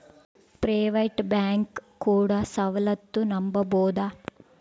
Private bank ಕೊಡೊ ಸೌಲತ್ತು ನಂಬಬೋದ?